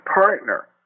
partner